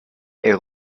est